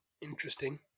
Interesting